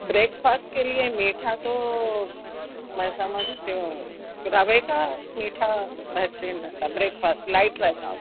break fast کے لیے میٹھا تو میں سمجھتی ہوں کہ ڈھابے کا میٹھا بہترین رہتا بریک فاسٹ لائٹ رہتا وہ